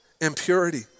impurity